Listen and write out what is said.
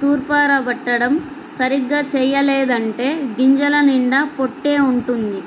తూర్పారబట్టడం సరిగ్గా చెయ్యలేదంటే గింజల నిండా పొట్టే వుంటది